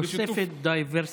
תוספת diversity.